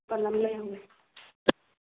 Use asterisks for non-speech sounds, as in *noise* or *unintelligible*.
*unintelligible*